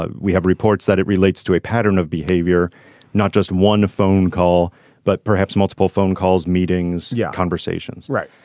ah we have reports that it relates to a pattern of behavior not just one phone call but perhaps multiple phone calls meetings yeah conversations. right.